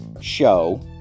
show